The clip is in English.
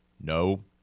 No